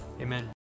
Amen